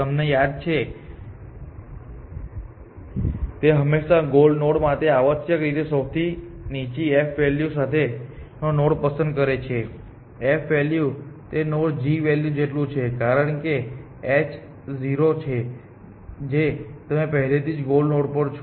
તમને યાદ છે કે તે હંમેશાં ગોલ નોડ માટે આવશ્યકરીતે સૌથી નીચી f વૅલ્યુ સાથે નોડ પસંદ કરે છે f વૅલ્યુ તે નોડના g વૅલ્યુ જેટલું છે કારણ કે h એ 0 છે જે તમે પહેલેથી જ ગોલ પર છો